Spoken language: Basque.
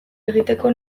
egiteko